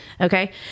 okay